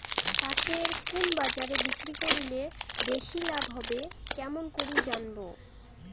পাশের কুন বাজারে বিক্রি করিলে বেশি লাভ হবে কেমন করি জানবো?